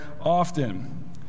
often